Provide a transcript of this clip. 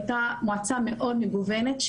היא הייתה מועצה מאוד מגוונת.